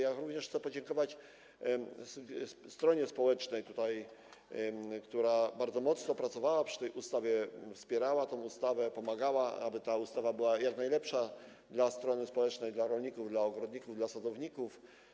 Ja również chcę podziękować stronie społecznej, która bardzo dużo pracowała przy tej ustawie, wspierała prace nad tą ustawą, pomagała, aby ta ustawa była jak najlepsza dla strony społecznej, dla rolników, dla ogrodników, dla sadowników.